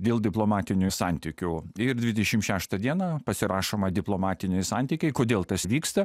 dėl diplomatinių santykių ir dvidešim šeštą dieną pasirašoma diplomatiniai santykiai kodėl tas vyksta